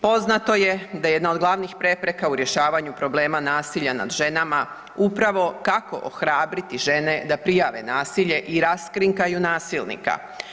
Poznato je da je jedna od glavnih prepreka u rješavanju problema nasilja nad ženama upravo kako ohrabriti žene da prijave nasilje i raskrinkaju nasilnika.